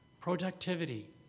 Productivity